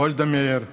גולדה מאיר,